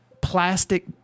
plastic